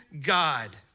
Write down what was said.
God